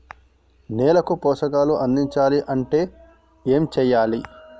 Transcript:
నేలకు పోషకాలు అందించాలి అంటే ఏం చెయ్యాలి?